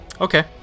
Okay